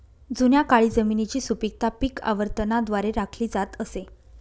जुन्या काळी जमिनीची सुपीकता पीक आवर्तनाद्वारे राखली जात असे